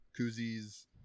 koozies